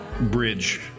bridge